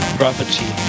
property